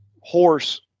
horse